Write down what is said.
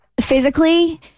physically